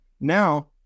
now